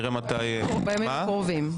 בימים הקרובים?